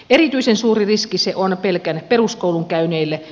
erityisen suuri riski se on pelkän peruskoulun käyneille